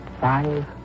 five